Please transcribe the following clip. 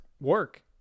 work